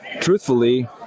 truthfully